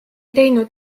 teinud